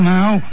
now